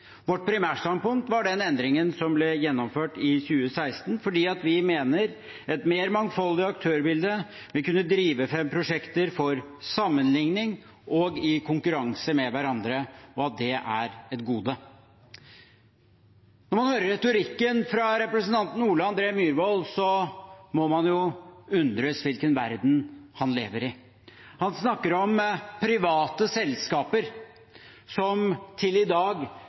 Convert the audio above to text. Vårt primærstandpunkt var den endringen som ble gjennomført i 2016, for vi mener at et mer mangfoldig aktørbilde vil kunne drive fram prosjekter for sammenligning og i konkurranse med hverandre, og at det er et gode. Når man hører retorikken fra representanten Ole André Myhrvold, må man jo undres over hvilken verden han lever i. Han snakker om private selskaper som til i dag